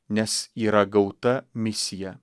nes yra gauta misija